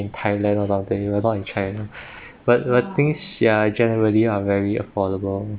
thailand about there as you were born in china but but things ya generally are very affordable